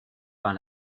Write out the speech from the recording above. par